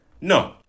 No